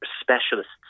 specialists